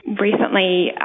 recently